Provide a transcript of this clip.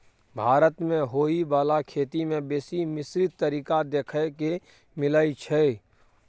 भारत मे होइ बाला खेती में बेसी मिश्रित तरीका देखे के मिलइ छै